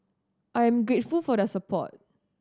I am grateful for their support